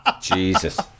Jesus